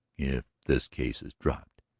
if this case is dropped?